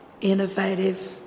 innovative